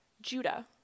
Judah